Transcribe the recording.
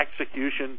Execution